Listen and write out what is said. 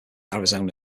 arizona